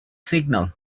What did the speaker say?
signal